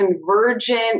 convergent